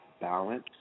balance